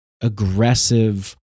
aggressive